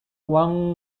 one